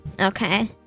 Okay